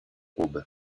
aube